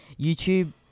YouTube